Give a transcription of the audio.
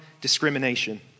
discrimination